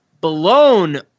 blown